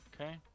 Okay